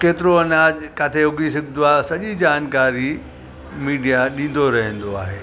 केतिरो अनाज किथे उगी सघंदो आहे सॼी जानकारी मीडिया ॾींदो रहंदो आहे